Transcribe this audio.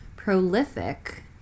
prolific